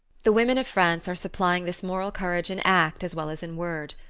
the women of france are supplying this moral courage in act as well as in word.